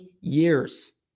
years